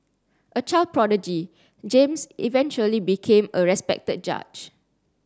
a child prodigy James eventually became a respected judge